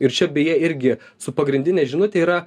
ir čia beje irgi su pagrindine žinute yra